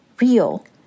real